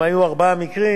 אם היו ארבעה מקרים,